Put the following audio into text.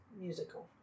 Musical